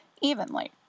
Evenly